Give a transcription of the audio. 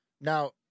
Now